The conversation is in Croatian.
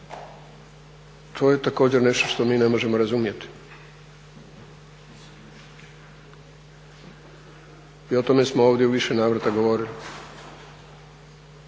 to je također nešto što mi ne možemo razumjeti i o tome smo ovdje u više navrata govorili.